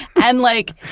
and like,